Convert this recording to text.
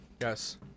Yes